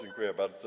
Dziękuję bardzo.